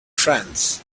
friends